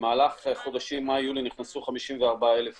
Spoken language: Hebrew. במהלך החודשים מאי-יוני נכנסו 54,000 איש,